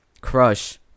crush